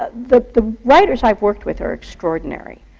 ah the the writers i've worked with are extraordinary.